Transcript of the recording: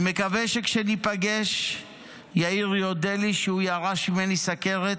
אני מקווה שכשניפגש יאיר יודה לי שהוא ירש ממני סוכרת,